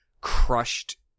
crushed